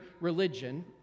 religion